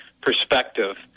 perspective